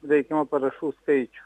reikiamą parašų skaičių